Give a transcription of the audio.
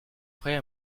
frère